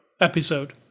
episode